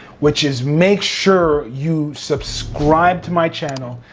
which is make sure you subscribe to my channel,